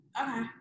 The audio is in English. Okay